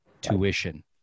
tuition